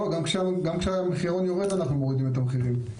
לא, גם כשהמחירון יורד אנחנו מורידים את המחירים.